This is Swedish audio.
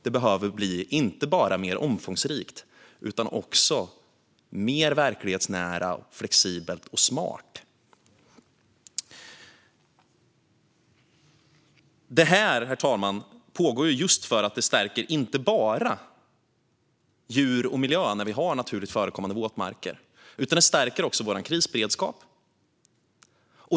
Det behöver inte bara bli mer omfångsrikt utan också mer verklighetsnära, flexibelt och smart. Herr talman! Det stärker inte bara djurliv och miljö när vi har naturligt förekommande våtmarker, utan det stärker också vår krisberedskap.